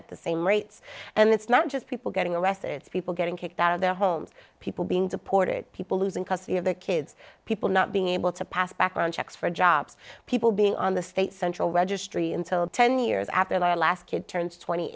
at the same rates and it's not just people getting arrested it's people getting kicked out of their homes people being deported people losing custody of their kids people not being able to pass background checks for jobs people being on the state central registry until ten years after our last kid turns twenty